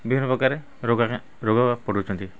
ବିଭିନ୍ନପ୍ରକାରରେ ରୋଗରେ ରୋଗ ପଡ଼ୁଛନ୍ତି